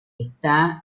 está